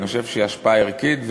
אני חושב שהיא השפעה ערכית,